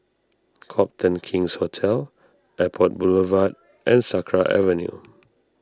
Copthorne King's Hotel Airport Boulevard and Sakra Avenue